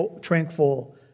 tranquil